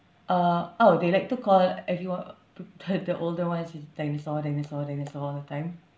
uh oh they like to call everyone to the older ones dinosaur dinosaur dinosaur all the time